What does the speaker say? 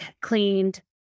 cleaned